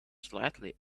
slightly